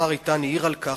השר איתן העיר על כך,